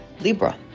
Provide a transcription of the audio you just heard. Libra